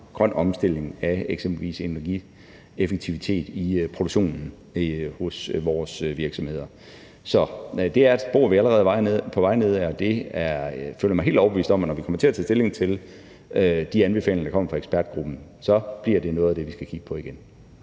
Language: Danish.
grøn omstilling af eksempelvis energieffektivitet i produktionen hos vores virksomheder. Så det er et spor, vi allerede er på vej nedad, og jeg føler mig helt overbevist om, at når vi kommer til at tage stilling til de anbefalinger, der kommer fra ekspertgruppen, bliver det noget af det, vi skal kigge på igen.